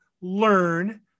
learn